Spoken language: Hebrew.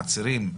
עצירים,